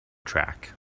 track